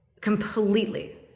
Completely